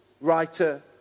writer